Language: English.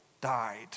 died